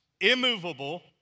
immovable